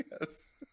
Yes